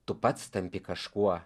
tu pats tampi kažkuo